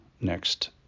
next